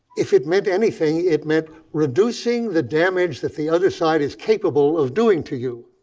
if it meant anything, it meant reducing the damage that the other side is capable of doing to you,